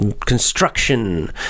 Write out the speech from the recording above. construction